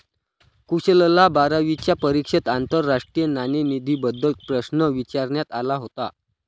कुशलला बारावीच्या परीक्षेत आंतरराष्ट्रीय नाणेनिधीबद्दल प्रश्न विचारण्यात आला होता